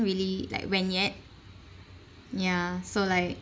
really like went yet ya so like